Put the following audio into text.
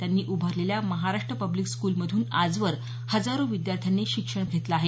त्यांनी उभारलेल्या महाराष्ट्र पब्लिक स्कूलमधून आजवर हजारो विद्यार्थ्यांनी शिक्षण घेतलं आहे